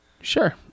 Sure